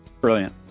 Brilliant